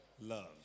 Love